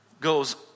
goes